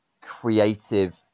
creative